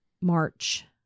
March